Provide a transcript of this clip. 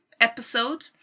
episode